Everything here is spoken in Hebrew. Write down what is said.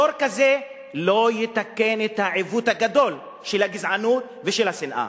שור כזה לא יתקן את העיוות הגדול של הגזענות ושל השנאה.